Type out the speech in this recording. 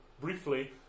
briefly